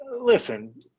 listen